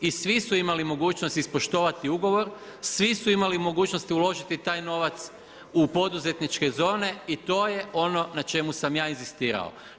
I svi su imali mogućnost ispoštovati ugovor, svi su imali mogućnosti uložiti taj novac u poduzetničke zone i to je on na čemu sam ja inzistirao.